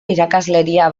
irakasleria